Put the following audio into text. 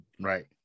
Right